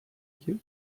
you